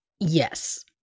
Yes